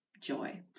joy